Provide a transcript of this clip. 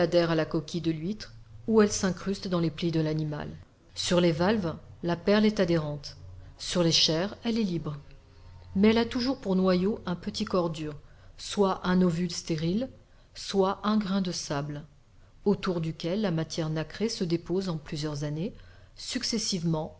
à la coquille de l'huître ou elle s'incruste dans les plis de l'animal sur les valves la perle est adhérente sur les chairs elle est libre mais elle a toujours pour noyau un petit corps dur soit un ovule stérile soit un grain de sable autour duquel la matière nacrée se dépose en plusieurs années successivement